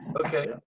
okay